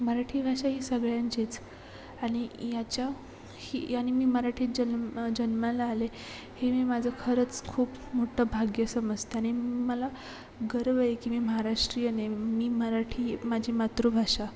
मराठी भाषा ही सगळ्यांचीच आणि याच्या ही याने मी मराठीत जन्म जन्माला आले हे मी माझं खरंच खूप मोठं भाग्य समजते आणि मला गर्व आहे की मी महाराष्ट्रीयन आहे मी मराठी माझी मातृभाषा